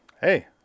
Hey